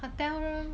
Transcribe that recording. hotel room